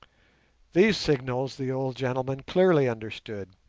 these signals the old gentleman clearly understood,